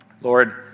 Lord